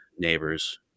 neighbors